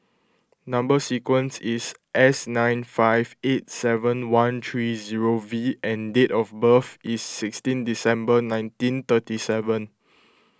Number Sequence is S nine five eight seven one three zero V and date of birth is sixteen December nineteen thirty seven